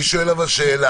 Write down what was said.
אבל אני שואל שאלה,